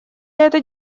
это